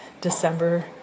December